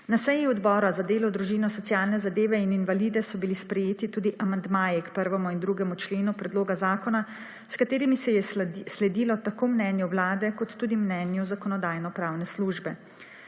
Na seji Odbora za delo, družino, socialne zadeve in invalide so bili sprejeti tudi amandmaji k 1. in 2. členu predloga zakona s katerimi se je sledilo tako mnenju Vlade kot tudi mnenju Zakonodajno-pravne službe.